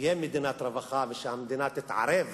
שתהיה מדינת רווחה והמדינה תתערב